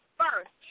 first